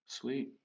Sweet